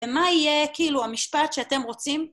ומה יהיה, כאילו, המשפט שאתם רוצים?